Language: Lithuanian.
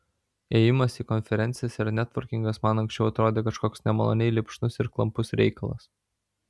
ėjimas į konferencijas ir netvorkingas man anksčiau atrodė kažkoks nemaloniai lipšnus ir klampus reikalas